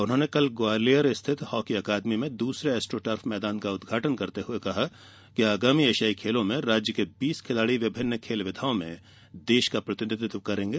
उन्होंने कल ग्वालियर स्थित हॉकी अकादमी में दूसरे एस्ट्रोटर्फ मैदान का उद्घाटन करते हुए कहा कि आगामी एशियाई खेलों में राज्य के बीस खिलाड़ी विभिन्न खेल विधाओं में देश का प्रतिनिधित्व करेंगे